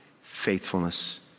faithfulness